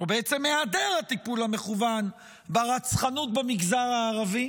או בעצם היעדר הטיפול המכוון ברצחנות במגזר הערבי?